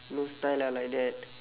no style lah like that